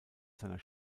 seiner